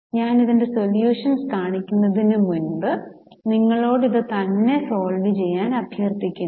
ഞാൻ ഇതിന്റെ സൊല്യൂഷൻസ് കാണിക്കുന്നതിന് മുൻപ് നിങ്ങളോട് ഇത് തന്നെ സോൾവ് ചെയ്യാൻ അഭ്യർത്ഥിക്കുന്നു